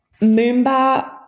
Moomba